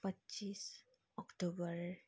पच्चिस अक्टोबर